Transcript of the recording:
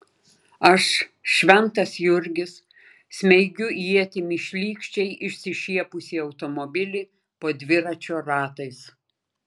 aš šventas jurgis smeigiu ietimi šlykščiai išsišiepusį automobilį po dviračio ratais